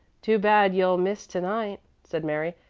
too bad you'll miss to-night, said mary,